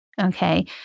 okay